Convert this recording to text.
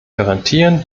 garantieren